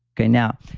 okay, now,